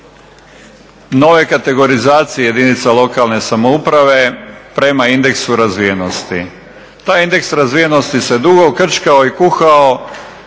nove kategorizacije jedinica lokalne samouprave prema indeksu razvijenosti. Taj indeks razvijenosti se dugo krčkao i kuhao,